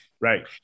right